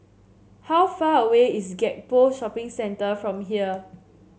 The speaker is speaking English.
how far away is Gek Poh Shopping Centre from here